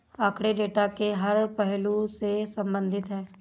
आंकड़े डेटा के हर पहलू से संबंधित है